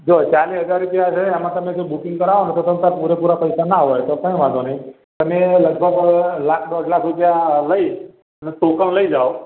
જો ચાળીસ હજાર રૂપિયા છેંને આમાં તમે જો બુકિંગ કરાવો ને તો તમતમારે પૂરે પૂરાં પૈસા ના હોય તો કંઈ વાંધો નહીં તમે લગભગ લાખ દોઢ લાખ રૂપિયા લઈને ટોકન લઈ જાવ